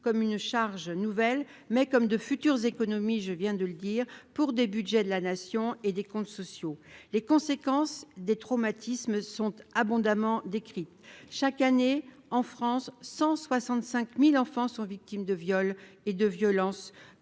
comme une charge nouvelle mais comme de futurs économies je viens de le dire pour des Budgets de la Nation et des comptes sociaux, les conséquences des traumatismes sont abondamment décrit chaque année en France 165000 enfants sont victimes de viols et de violences